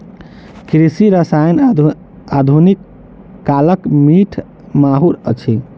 कृषि रसायन आधुनिक कालक मीठ माहुर अछि